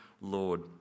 lord